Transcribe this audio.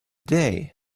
day